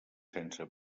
sense